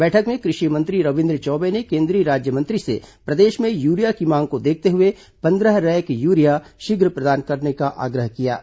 बैठक में कृषि मंत्री रविन्द्र चौबे ने केंद्रीय राज्यमंत्री से प्रदेश में यूरिया की मांग को देखते हुए पंद्रह रैक यूरिया शीघ्र प्रदान किए जाने का आग्रह किया है